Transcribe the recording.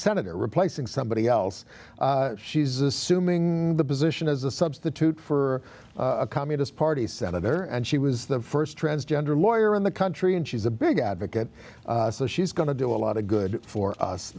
it replacing somebody else she's assuming the position as a substitute for a communist party senator and she was the st transgender lawyer in the country and she's a big advocate so she's going to do a lot of good for us